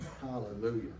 Hallelujah